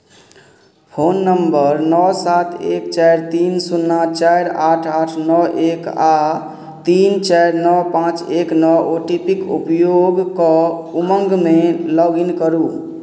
phone number नओ सात एक चारि तीन सुन्ना चारि आठ आठ नओ एक आओर तीन चारि नओ पाँच एक नओ ओ टी पी के उपयोग कऽ उमङ्गमे लॉगिन करू